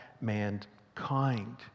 mankind